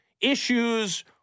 issues